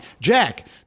Jack